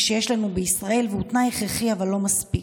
שיש לנו בישראל והוא תנאי הכרחי אבל לא מספיק.